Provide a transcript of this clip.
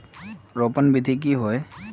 रोपण विधि की होय?